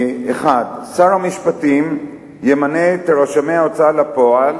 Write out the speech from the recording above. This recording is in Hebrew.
1. שר המשפטים ימנה את רשמי ההוצאה לפועל